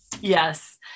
Yes